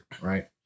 right